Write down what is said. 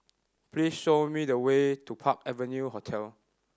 please show me the way to Park Avenue Hotel